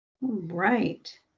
Right